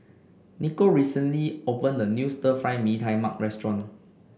Nikko recently opened a new Stir Fry Mee Tai Mak restaurant